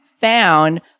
found